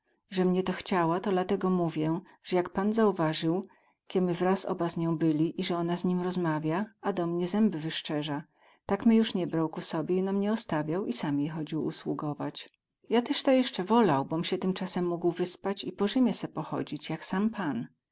ze mie ta chciała to latego mówię ze jak pan zauwazył kie my wraz oba z nią byli ize ona z nim rozmawia a do mnie zęby wyscerza tak mie juz nie brał ku sobie ino mie ostawiał i sam jej chodził usługować ja tyz ta jesce wolał bom sie tymcasem mógł wyspać i po rzymie se pochodzić jak sam pan